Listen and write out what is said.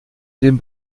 den